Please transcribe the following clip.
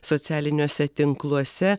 socialiniuose tinkluose